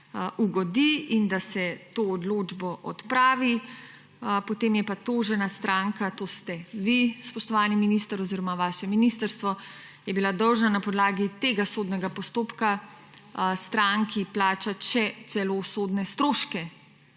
ugodi in da se ta odločba odpravi. Potem pa je bila tožena stranka, to se vi, spoštovani minister, oziroma vaše ministrstvo dolžna na podlagi tega sodnega postopka stranki plačati še celo sodne stroške,